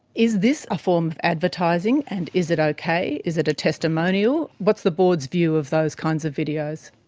is this a form of advertising, and is it okay? is it a testimonial? what's the board's view of those kinds of videos?